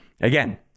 Again